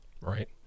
Right